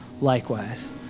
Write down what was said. likewise